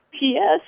yes